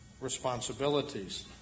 responsibilities